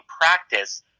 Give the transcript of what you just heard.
practice